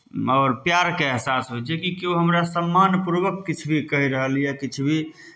आओर प्यारके एहसास होइ छै कि कियो हमरा सम्मान पूर्वक किछु भी कहि रहल यए किछु भी